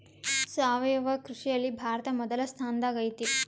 ಸಾವಯವ ಕೃಷಿಯಲ್ಲಿ ಭಾರತ ಮೊದಲ ಸ್ಥಾನದಾಗ್ ಐತಿ